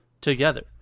together